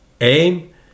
aim